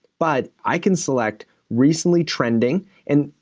but i can select recently trending and.